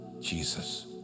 Jesus